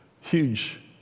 huge